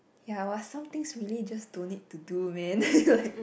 ya but some things really just don't need to do man like